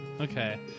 Okay